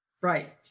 Right